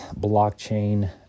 blockchain